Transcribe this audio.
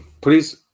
please